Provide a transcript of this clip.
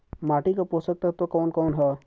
माटी क पोषक तत्व कवन कवन ह?